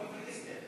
טוקבקיסטים.